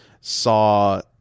saw